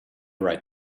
right